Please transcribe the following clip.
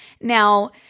Now